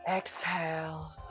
Exhale